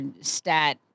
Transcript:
stat